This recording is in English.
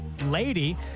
lady